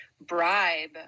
bribe